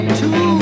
two